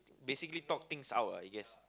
basically talk things out I guess